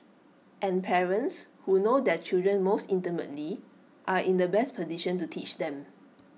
and parents who know their children most intimately are in the best petition to teach them